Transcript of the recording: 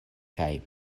kaj